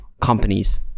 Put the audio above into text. companies